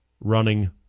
running